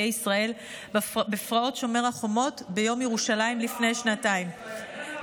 ישראל בפרעות שומר החומות ביום ירושלים לפני שנתיים.